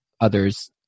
others